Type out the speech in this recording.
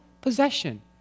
possession